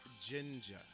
ginger